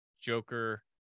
Joker